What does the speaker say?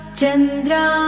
Chandra